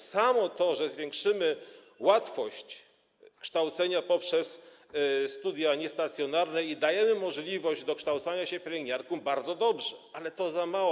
Samo to, że zwiększymy łatwość kształcenia poprzez studia niestacjonarne i damy możliwość dokształcania się pielęgniarkom, to bardzo dobrze, ale to za mało.